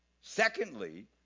Secondly